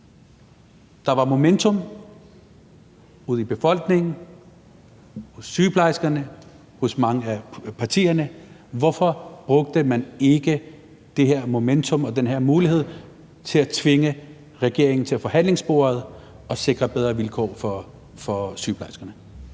Der var momentum ude i befolkningen, hos sygeplejerskerne, hos mange af partierne, så hvorfor brugte man ikke det her momentum og den her mulighed til at tvinge regeringen til forhandlingsbordet og sikre bedre vilkår for sygeplejerskerne?